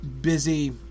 busy